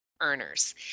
Earners